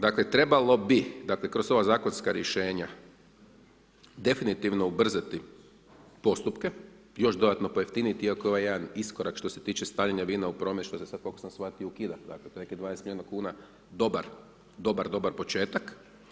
Dakle, trebalo bi dakle, kroz sva ova zakonska rješenja, definitivno ubrzati postupke, još dodatno pojeftiniti, iako ovaj jedan iskorak, što se tiče stavljanja vina, što sam sada, koliko sam shvatio, ukida, dakle, to je nekih 20 milijuna kuna dobar početak.